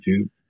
YouTube